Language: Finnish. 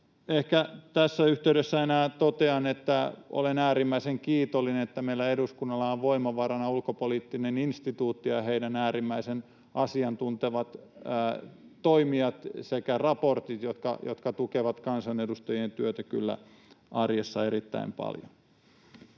Ehkä tässä yhteydessä enää totean, että olen äärimmäisen kiitollinen, että meillä eduskunnalla on voimavarana Ulkopoliittinen instituutti ja heidän äärimmäisen asiantuntevat toimijansa sekä raportit, jotka tukevat kansanedustajien työtä kyllä arjessa erittäin paljon.